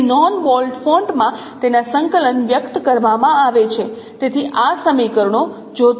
તેથી non bold ફોન્ટમાં તેના સંકલન વ્યક્ત કરવામાં આવે છે તેથી આ સમીકરણો જો તે આ સમીકરણ બનાવે છે